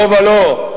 לא ולא.